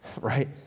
right